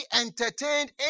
entertained